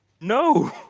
No